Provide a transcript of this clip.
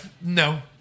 No